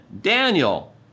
Daniel